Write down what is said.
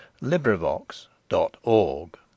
LibriVox.org